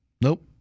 Nope